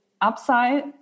upside